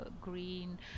green